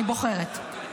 אני בוחרת.